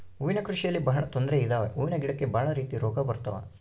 ಹೂವಿನ ಕೃಷಿಯಲ್ಲಿ ಬಹಳ ತೊಂದ್ರೆ ಇದಾವೆ ಹೂವಿನ ಗಿಡಕ್ಕೆ ಭಾಳ ರೀತಿ ರೋಗ ಬರತವ